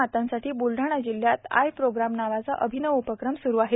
मातांसाठी ब्लडाणा जिल्ह्यात आई प्रोग्राम नावाचा अभिनव उपक्रम स्रु आहे